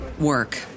work